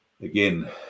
again